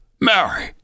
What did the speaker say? Mary